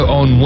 on